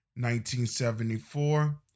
1974